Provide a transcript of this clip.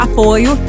Apoio